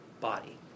body